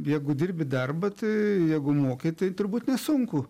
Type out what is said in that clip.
jeigu dirbi darbą tai jeigu moki tai turbūt nesunku